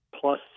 plus